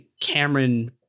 Cameron